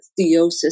theosis